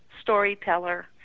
storyteller